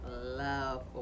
love